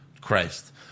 Christ